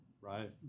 Right